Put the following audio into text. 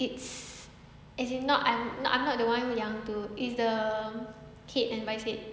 it's as in not not the one yang tu it's the um head and vice head